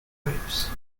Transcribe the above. groups